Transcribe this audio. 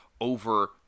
over